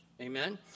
amen